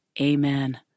Amen